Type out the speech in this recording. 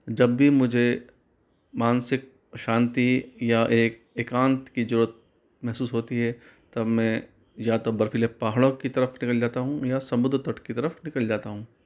जब भी मुझे मानसिक शांति या एक एकांत की ज़रूरत महसूस होती है तब मैं या तो बर्फीले पहाड़ों की तरफ निकल जाता हूँ या समुद्र तट की तरफ निकल जाता हूं